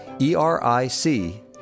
E-R-I-C